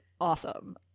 awesome